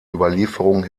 überlieferung